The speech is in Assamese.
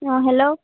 অঁ হেল্ল'